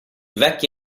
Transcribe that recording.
vecchi